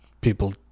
people